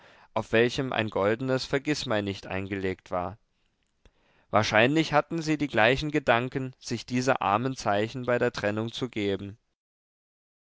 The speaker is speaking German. auf welchem ein goldenes vergißmeinnicht eingelegt war wahrscheinlich hatten sie die gleichen gedanken sich diese armen zeichen bei der trennung zu geben